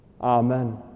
Amen